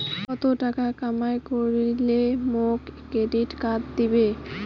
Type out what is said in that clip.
কত টাকা কামাই করিলে মোক ক্রেডিট কার্ড দিবে?